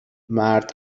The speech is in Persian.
مرد